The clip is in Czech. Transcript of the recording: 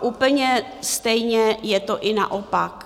Úplně stejně je to i naopak.